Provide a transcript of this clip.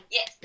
Yes